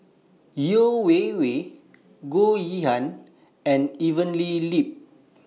Yeo Wei Wei Goh Yihan and Evelyn Lip